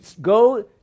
go